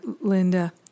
linda